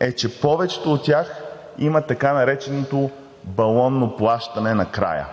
е, че повечето от тях имат така нареченото балонно плащане накрая,